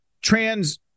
trans